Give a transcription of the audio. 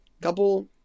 couple